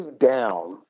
down